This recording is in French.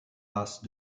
races